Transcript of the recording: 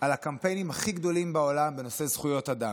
על הקמפיינים הכי גדולים בעולם בנושא זכויות אדם.